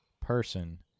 person